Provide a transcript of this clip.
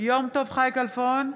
יום טוב חי כלפון,